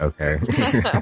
Okay